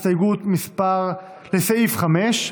אנחנו עוברים להצבעה על הסתייגות לסעיף 5,